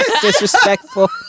Disrespectful